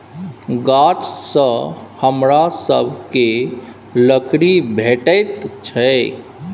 गाछसँ हमरा सभकए लकड़ी भेटैत छै